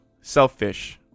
selfish